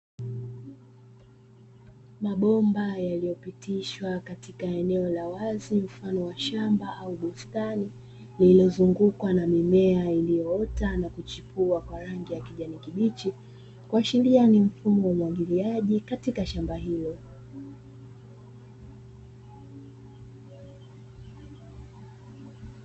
Mabomba yaliyopitishwa katika ya eneo la wazi mfano wa shamba au bustani, lililozungukwa na mimea iliyoota na kuchipua kwa rangi ya kijani kibichi, kuashiria ni mfumo wa umwagiliaji katika shamba hilo.